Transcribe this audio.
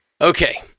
Okay